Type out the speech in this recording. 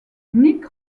nick